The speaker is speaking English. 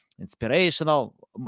inspirational